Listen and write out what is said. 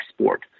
sport